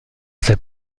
ses